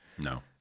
No